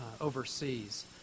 overseas